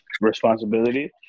responsibility